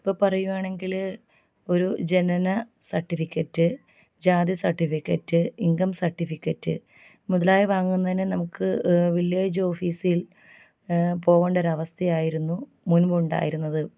ഇപ്പോൾ പറയുയാണെങ്കിൽ ഒരു ജനന സർട്ടിഫിക്കറ്റ് ജാതി സർട്ടിഫിക്കറ്റ് ഇൻകം സർട്ടിഫിക്കറ്റ് മുതലായവ വാങ്ങുന്നതിന് നമുക്ക് വില്ലേജ് ഓഫീസിൽ പോകേണ്ട ഒരു അവസ്ഥയായിരുന്നു മുൻപ് ഉണ്ടായിരുന്നത്